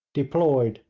deployed,